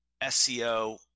SEO